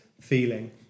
feeling